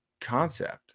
concept